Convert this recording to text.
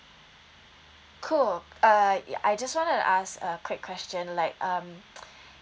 cool uh ya I just wanna ask a quick question like um